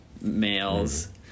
males